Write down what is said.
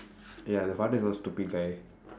ya the father is one stupid guy